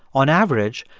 on average,